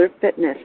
fitness